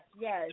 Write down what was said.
yes